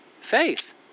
Faith